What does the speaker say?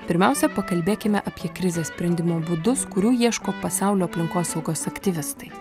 pirmiausia pakalbėkime apie krizės sprendimo būdus kurių ieško pasaulio aplinkosaugos aktyvistai